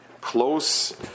close